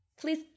Please